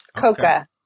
COCA